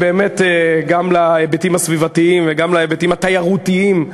גם ההיבטים הסביבתיים וגם ההיבטים התיירותיים,